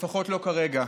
לפחות לא כרגע,